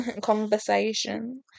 conversation